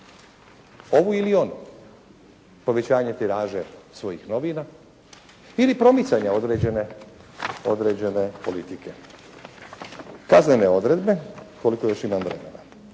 ovu ili onu povećanje tiraže svojih novina ili promicanje određene, određene politike. Kaznene odredbe, koliko još imam vremena,